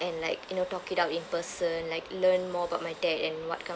and like you know talk it out in person like learn more about my dad and what kind of